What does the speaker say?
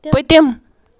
پٔتِم